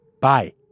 bye